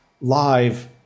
live